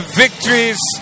victories